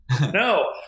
No